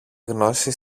γνώση